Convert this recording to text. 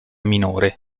minore